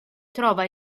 trova